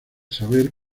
saber